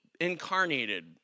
incarnated